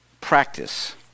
practice